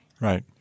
Right